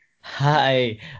hi